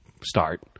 start